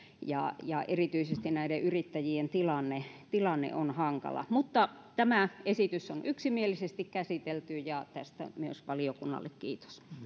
on hankalaa ja erityisesti näiden yrittäjien tilanne tilanne on hankala tämä esitys on yksimielisesti käsitelty ja tästä myös valiokunnalle kiitos